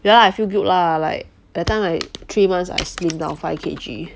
ya lah I feel good lah like that time like three months I slim down five K_G